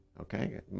okay